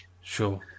Sure